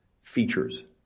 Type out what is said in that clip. features